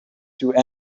through